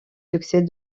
succès